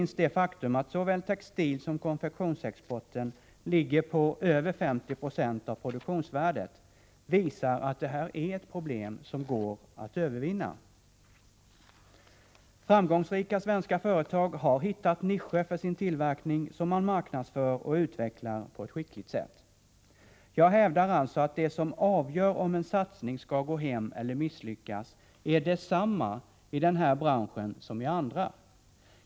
Och det faktum att såväl textilsom konfektionsexporten ligger på över 50 26 av produktionsvärdet visar att det här är ett problem som går att övervinna. Framgångsrika svenska tekoföretag har hittat nischer för sin tillverkning, som de marknadsför och utvecklar på ett skickligt sätt. Jag hävdar alltså att det som avgör om en satsning skall gå hem eller misslyckas är detsamma i tekobranschen som i andra branscher.